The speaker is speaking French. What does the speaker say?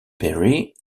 perry